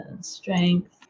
Strength